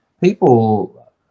people